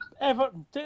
Everton